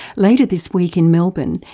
later this week in melbourne,